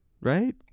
right